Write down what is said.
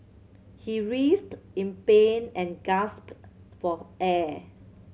he writhed in pain and gasped for air